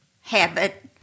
habit